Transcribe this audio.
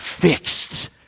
fixed